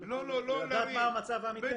באנו לדעת מה המצב האמיתי.